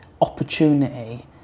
opportunity